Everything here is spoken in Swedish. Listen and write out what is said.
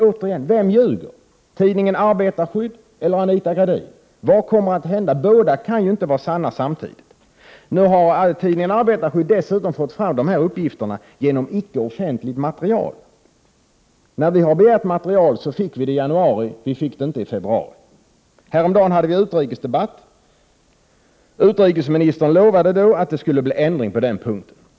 Återigen, vem ljuger? Tidningen Arbetarskydd eller Anita Gradin? Vad kommer att hända? Bådas uttalanden kan ju inte vara sanna samtidigt. Tidningen Arbetarskydd har dessutom fått fram dessa uppgifter genom icke offentligt material. När vi har begärt material fick vi det i januari. I februari fick vi det inte. Häromdagen hade vi utrikesdebatt. Utrikesminis tern lovade då att det skulle bli ändring på den punkten.